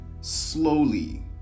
slowly